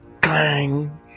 clang